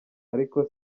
ariko